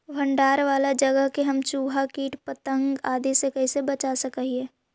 भंडार वाला जगह के हम चुहा, किट पतंग, आदि से कैसे बचा सक हिय?